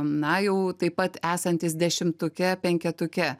na jau taip pat esantys dešimtuke penketuke